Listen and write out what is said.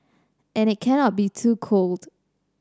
and it cannot be too cold